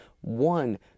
one